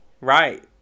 Right